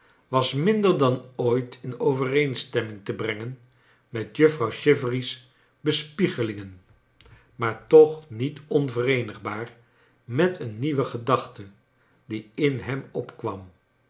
was minder dan ooit in overeenstemming te brengen met juffrouw chivery s bespiegelingen maar toch niet onvereenigbaar met een nieuwe gedachte die in hem opkwam